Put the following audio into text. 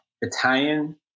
Italian